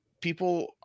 people